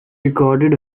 recorded